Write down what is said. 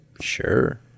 Sure